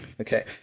Okay